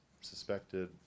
suspected